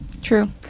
True